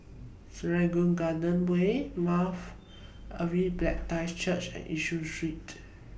Serangoon Garden Way Mount Calvary Baptist Church and Yishun Street